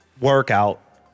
workout